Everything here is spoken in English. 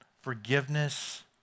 forgiveness